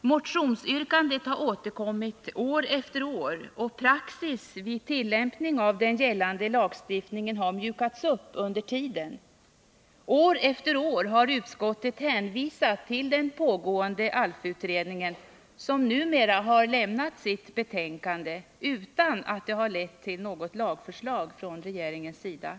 Motionsyrkandet har återkommit år efter år, och praxis vid tillämpning av den gällande lagstiftningen har mjukats upp under tiden. År efter år har utskottet hänvisat till den pågående ALF-utredningen, som numera har lämnat sitt betänkande — utan att det har lett till något lagförslag från regeringens sida.